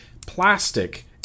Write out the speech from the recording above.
plastic